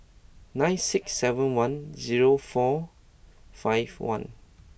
nine six seven one zero four five one